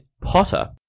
potter